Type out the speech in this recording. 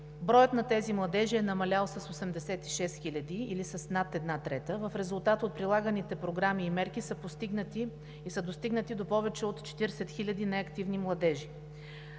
броят на тези младежи е намалял с 86 000, или с над една трета. В резултат от прилаганите програми и мерки са достигнати до повече от 40 000 неактивни младежи.